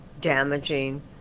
damaging